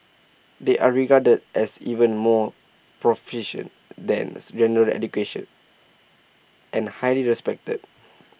they are regarded as even more proficient than general education and highly respected